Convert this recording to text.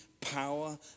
power